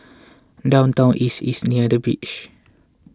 Downtown East is near the beach